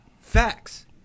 facts